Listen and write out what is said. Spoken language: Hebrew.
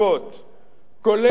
כולל במיפוי,